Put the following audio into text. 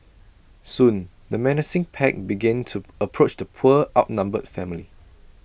soon the menacing pack began to approach the poor outnumbered family